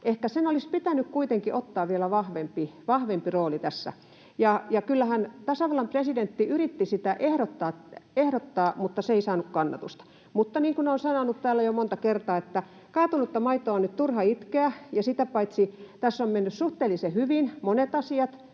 ehkä olisi pitänyt kuitenkin ottaa vielä vahvempi rooli tässä. Kyllähän tasavallan presidentti yritti sitä ehdottaa, mutta se ei saanut kannatusta. Mutta niin kuin olen sanonut täällä jo monta kertaa, kaatunutta maitoa on nyt turha itkeä, ja sitä paitsi tässä on mennyt suhteellisen hyvin monet asiat.